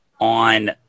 on